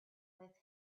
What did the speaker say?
with